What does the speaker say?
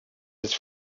his